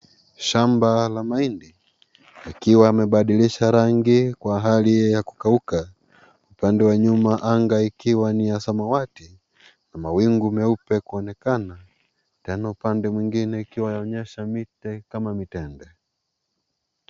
Shamba la mahidi. Yakiwa yamebadilisha rangi kwa hali ya kukauka. Upande wa nyuma, anga ikiwa ni ya samawati na mawingu meupe kuonekana. Tena upande mwingine ukionyesha miti kama mitende.